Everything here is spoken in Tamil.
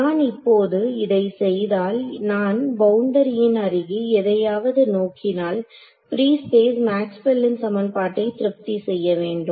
நான் இப்போது இதை செய்தால் நான் பவுண்டரியின் அருகே எதையாவது நோக்கினால் பிரீ ஸ்பேஸ் மேக்ஸ்வெலின் சமன்பாட்டை திருப்தி செய்யவேண்டும்